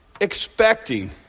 Expecting